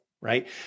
right